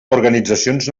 organitzacions